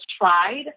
tried